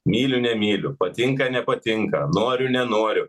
myliu nemyliu patinka nepatinka noriu nenoriu